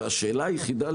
והשאלה היחידה,